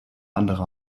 andere